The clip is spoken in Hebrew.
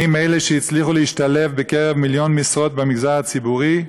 האם אלה שהצליחו להשתלב בקרב מיליון משרות במגזר הציבורי?